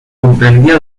comprendía